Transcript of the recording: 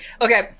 Okay